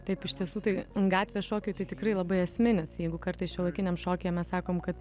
taip iš tiesų tai gatvės šokiai tai tikrai labai esminis jeigu kartais šiuolaikiniam šokyje mes sakom kad